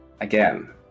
again